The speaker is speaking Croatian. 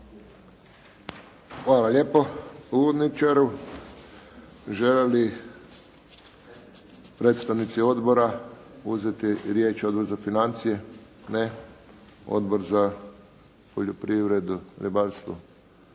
Hvala lijepo uvodničaru. Žele li predstavnici odbora uzeti riječ? Odbor za financije? Ne. Odbor za poljoprivredu, ribarstvo?